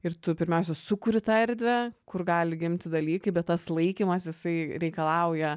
ir tu pirmiausia sukuri tą erdvę kur gali gimti dalykai bet tas laikymas jisai reikalauja